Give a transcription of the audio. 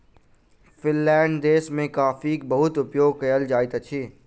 Finland देश में कॉफ़ीक बहुत उपयोग कयल जाइत अछि